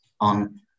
on